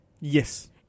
Yes